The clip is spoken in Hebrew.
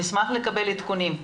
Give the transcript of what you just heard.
נשמח לקבל עדכונים.